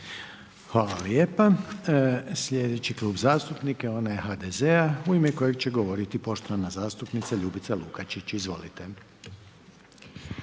Hvala lijepo. Sljedeći Klub zastupnika je onaj HDZ-a u ime kojega će govoriti poštovana zastupnica Ljubica Lukačić, izvolite.